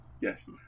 yes